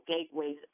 gateways